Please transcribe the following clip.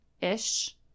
ish